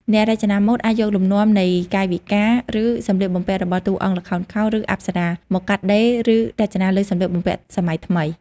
អ្នករចនាម៉ូដអាចយកលំនាំនៃកាយវិការ ឬសំលៀកបំពាក់របស់តួអង្គល្ខោនខោល ឬអប្សរា មកកាត់ដេរឬរចនាលើសម្លៀកបំពាក់សម័យថ្មី។